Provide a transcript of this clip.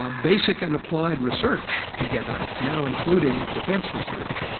ah basic and applied research together, now including defence research,